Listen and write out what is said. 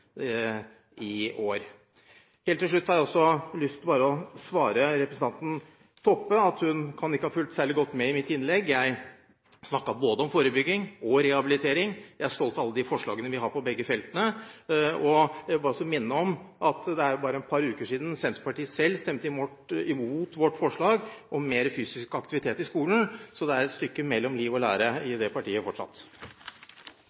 i år. Helt til slutt har jeg lyst til bare å svare representanten Toppe at hun kan ikke ha fulgt særlig godt med i mitt innlegg. Jeg snakket både om forebygging og om rehabilitering. Jeg er stolt av alle de forslagene vi har på begge feltene, og jeg vil også minne om at det er bare et par uker siden Senterpartiet selv stemte imot vårt forslag om mer fysisk aktivitet i skolen. Så det er et stykke mellom liv og lære i